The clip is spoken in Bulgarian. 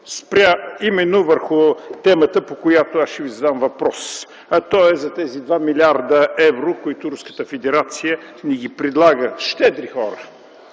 спря именно върху темата, по която аз ще Ви задам въпрос, а той е за тези 2 млрд. евро, които Руската федерация ни предлага. Щедри хора!